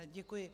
Děkuji.